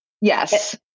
Yes